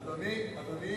אדוני,